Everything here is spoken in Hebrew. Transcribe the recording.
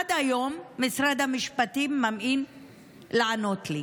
עד היום משרד המשפטים ממאן לענות לי.